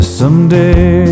someday